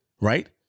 right